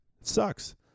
sucks